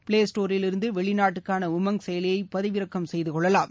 play ஸ்டோரிலிருந்து வெளிநாட்டுக்கான உமங் செயலியை பதிவிறக்கம் செய்து கொள்ளலாம்